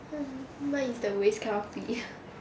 mine is the waist cannot fit